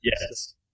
Yes